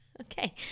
Okay